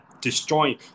destroying